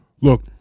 Look